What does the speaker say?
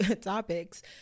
topics